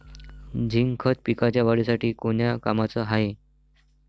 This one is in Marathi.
झिंक खत पिकाच्या वाढीसाठी कोन्या कामाचं हाये?